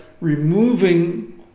removing